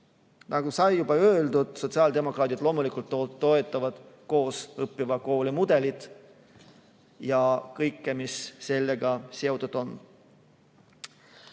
Nagu sai juba öeldud, sotsiaaldemokraadid loomulikult toetavad koosõppiva kooli mudelit ja kõike, mis sellega seotud on.